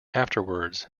afterwards